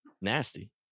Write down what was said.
nasty